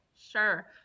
Sure